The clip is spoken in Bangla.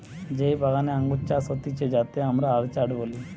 যেই বাগানে আঙ্গুর চাষ হতিছে যাতে আমরা অর্চার্ড বলি